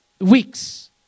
weeks